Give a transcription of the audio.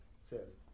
says